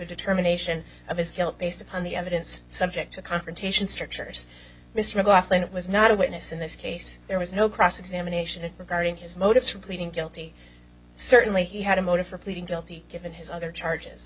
determination of his guilt based on the evidence subject to confrontation strictures mr mclaughlin it was not a witness in this case there was no cross examination regarding his motives for pleading guilty certainly he had a motive for pleading guilty given his other charges